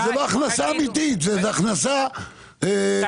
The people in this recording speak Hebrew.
זו לא הכנסה אמיתית, זו הכנסה שהיא גזלה.